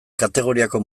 kategoriako